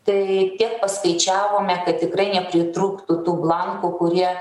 tai tiek paskaičiavome kad tikrai nepritrūktų tų blankų kurie